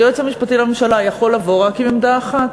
היועץ המשפטי לממשלה יכול לבוא רק עם עמדה אחת,